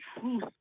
truth